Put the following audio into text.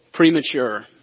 Premature